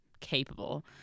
capable